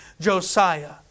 Josiah